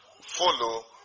follow